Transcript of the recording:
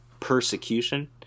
persecution